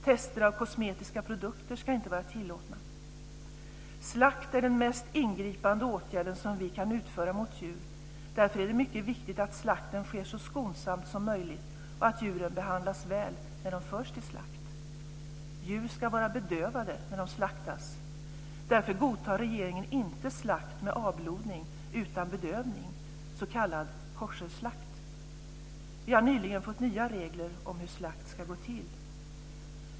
Test av kosmetiska produkter ska inte vara tillåtna. Slakt är den mest ingripande åtgärd som vi kan utföra mot djur. Därför är det mycket viktigt att slakten sker så skonsamt som möjligt och att djuren behandlas väl när de förs till slakt. Djur ska vara bedövade när de slaktas. Därför godtar regeringen inte slakt med avblodning utan bedövning, s.k. koscherslakt. Vi har nyligen fått nya regler för hur slakt ska gå till.